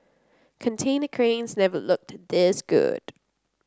container cranes never looked this good